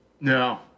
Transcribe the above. No